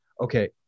okay